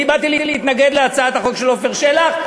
אני באתי להתנגד להצעת החוק של עפר שלח.